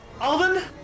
Alvin